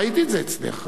ראיתי את זה אצלך.